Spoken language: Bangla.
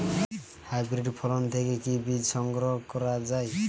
হাইব্রিড ফসল থেকে কি বীজ সংগ্রহ করা য়ায়?